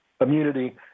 immunity